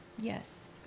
Yes